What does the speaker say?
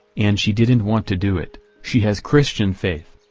and she didn't want to do it she has christian faith.